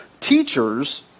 teachers